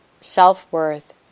self-worth